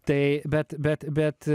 tai bet bet bet